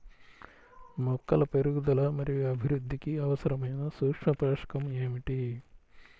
మొక్కల పెరుగుదల మరియు అభివృద్ధికి అవసరమైన సూక్ష్మ పోషకం ఏమిటి?